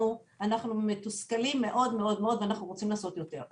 אנחנו מתוסכלים מאוד ורוצים לעשות יותר.